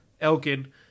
Elgin